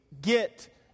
get